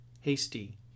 hasty